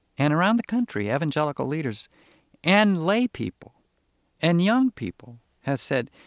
and around the country, evangelical leaders and lay people and young people have said,